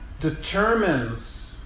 determines